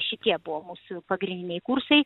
šitie buvo mūsų pagrindiniai kursai